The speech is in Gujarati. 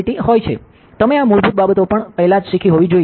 તમે આ મૂળભૂત બાબતો પણ પહેલાં જ શીખી હોવી જોઇએ